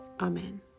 Amen